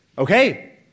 Okay